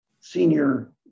senior